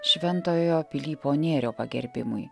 šventojo pilypo nėrio pagerbimui